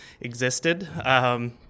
existed